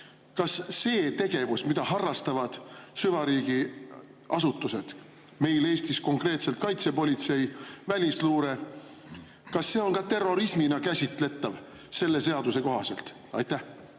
Kas see tegevus, mida harrastavad süvariigi asutused, meil Eestis konkreetselt kaitsepolitsei ja välisluure, on ka terrorismina käsitletav selle seaduse kohaselt? Ma